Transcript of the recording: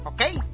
Okay